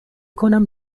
کنم